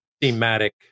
thematic